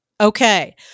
Okay